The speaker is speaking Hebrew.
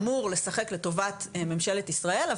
אמור לשחק לטובת ממשלת ישראל,